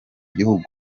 gihugu